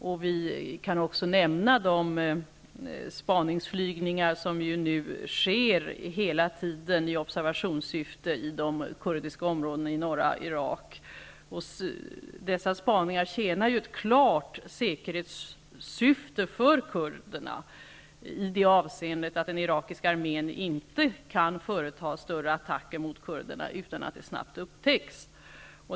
Jag kan också nämna de spaningsflygningar som nu hela tiden sker i observationssyfte i de kurdiska områdena i norra Irak. Dessa spaningsflygningar tjänar ett klart säkerhetssyfte för kurderna i det avseendet att den irakiska armén inte kan företa några större attacker mot kurderna utan att de snabbt upptäcks.